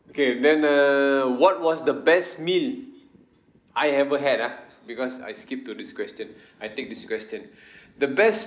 okay then err what was the best meal I ever had ah because I skip to this question I take this question the best